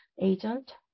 agent